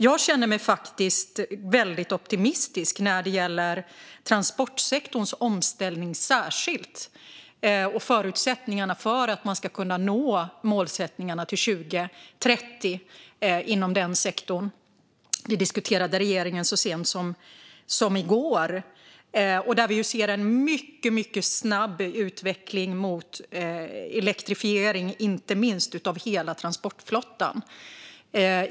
Jag känner mig faktiskt väldigt optimistisk när det gäller särskilt transportsektorns omställning och förutsättningarna för att man ska kunna nå målsättningarna till 2030 inom den sektorn - det diskuterade regeringen så sent som i går - och vi ser där en mycket snabb utveckling mot elektrifiering, inte minst av hela transportflottan.